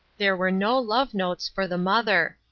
there were no love-notes for the mother.